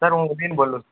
sir હું ઉર્વિલ બોલું છું